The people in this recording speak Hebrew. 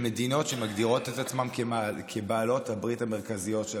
מדינות שמגדירות את עצמן כבעלות הברית המרכזיות שלנו.